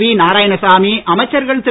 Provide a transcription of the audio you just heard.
we Narayanasamy அமைச்சர்கள் திரு